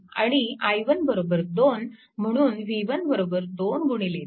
आणि i1 2 म्हणून v1 22 4V